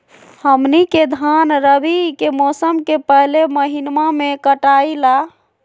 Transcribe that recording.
हमनी के धान रवि के मौसम के पहले महिनवा में कटाई ला